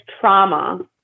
trauma